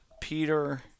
Peter